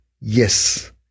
yes